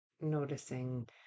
noticing